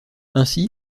ainsi